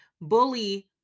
bully